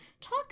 talk